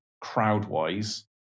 crowd-wise